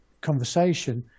conversation